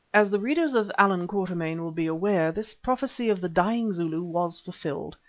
as the readers of allan quatermain will be aware, this prophecy of the dying zulu was fulfilled.